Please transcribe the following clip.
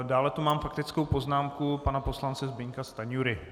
Dále tu mám faktickou poznámku pana poslance Zbyňka Stanjury.